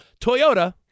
Toyota